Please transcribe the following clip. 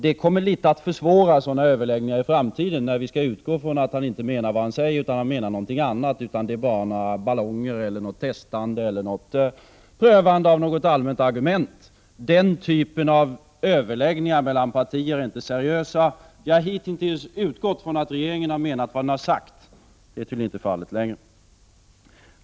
Det kommer att försvåra sådana överläggningar litet i framtiden, när vi skall utgå ifrån att han inte menar det han säger, utan någonting annat. Det är bara ballonger som visas, ett allmänt testande eller prövande av något argument. Den typen av överläggningar mellan partier är inte seriös. Vi har hitintills utgått från att regeringen har menat vad den har sagt. Det är tydligen inte fallet längre.